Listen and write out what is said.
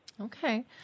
Okay